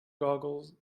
googles